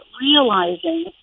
realizing